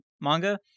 manga